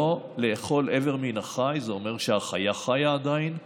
לא לאכול איבר מן החי זה אומר שהחיה עדיין חיה,